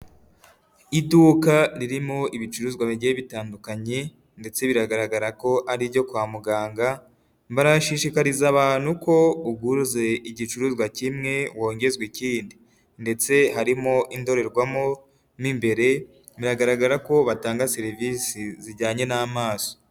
Iduka ririmo ibicuruzwa bigiye bitandukanye ndetse biragaragara ko ari iryo kwa muganga, barashishikariza abantu ko uguze igicuruzwa kimwe wongezwa ikindi ndetse harimo indorerwamo mo imbere biragaragara ko batanga serivisi zijyanye n'amaso.